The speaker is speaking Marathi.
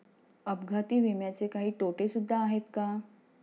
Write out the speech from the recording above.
अपघाती विम्याचे काही तोटे सुद्धा आहेत का?